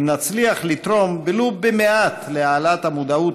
אם נצליח לתרום ולו במעט להעלאת המודעות